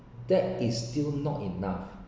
that is still not enough